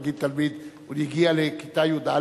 נגיד תלמיד הגיע לכיתה י"א,